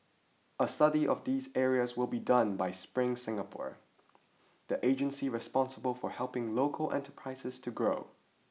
a study of these areas will be done by Spring Singapore the agency responsible for helping local enterprises to grow